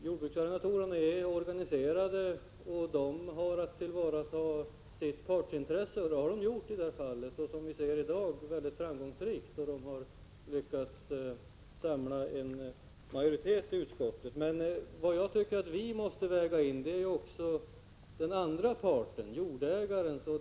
Jordbruksarrendatorerna är ju organiserade, och de har att tillvarata sitt partsintresse. Det har de — som vi nu kan konstatera — i det här fallet gjort på ett väldigt framgångsrikt sätt, eftersom de har lyckats samla en majoritet i utskottet bakom det aktuella förslaget. Men jag tycker att ni måste väga in också den andra partens — jordägarens— intressen.